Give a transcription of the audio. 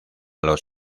los